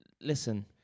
Listen